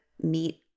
meet